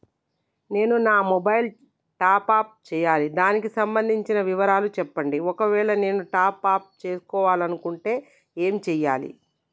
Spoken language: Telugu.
నేను నా మొబైలు టాప్ అప్ చేయాలి దానికి సంబంధించిన వివరాలు చెప్పండి ఒకవేళ నేను టాప్ చేసుకోవాలనుకుంటే ఏం చేయాలి?